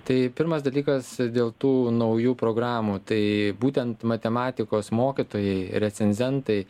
tai pirmas dalykas dėl tų naujų programų tai būtent matematikos mokytojai recenzentai